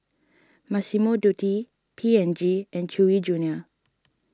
Massimo Dutti P and G and Chewy Junior